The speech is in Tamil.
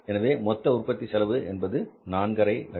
எனவே மொத்த உற்பத்தி செலவு ரூபாய் 450000